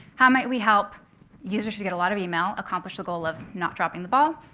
how might we help users who get a lot of email accomplish the goal of not dropping the ball?